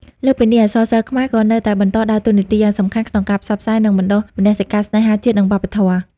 លើសពីនេះ អក្សរសិល្ប៍ខ្មែរក៏នៅតែបន្តដើរតួនាទីយ៉ាងសំខាន់ក្នុងការផ្សព្វផ្សាយ និងបណ្តុះមនសិការស្នេហាជាតិ និងវប្បធម៌។